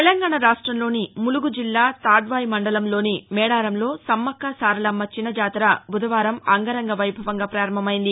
తెలంగాణా రాష్ట్రంలోని ములుగు జిల్లా తాడ్వాయి మండలంలోని మేడారంలో సమక్క సారలమ్మ చిన్న జాతర బుధవారం అంగరంగ వైభవంగా ప్రారంభమైంది